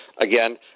Again